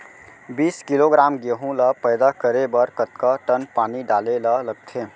बीस किलोग्राम गेहूँ ल पैदा करे बर कतका टन पानी डाले ल लगथे?